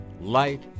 Light